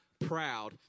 proud